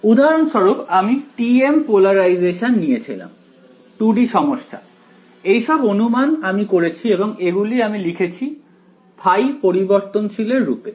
উদাহরণস্বরূপ আমি TM polarisation নিয়েছিলাম 2 D সমস্যা এইসব অনুমান আমি করেছি এবং এগুলি আমি লিখে লিখেছি ϕ পরিবর্তনশীল এর রুপে